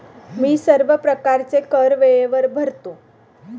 मी सर्व प्रकारचे कर वेळेवर भरतो